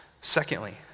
Secondly